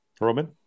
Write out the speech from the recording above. Roman